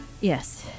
Yes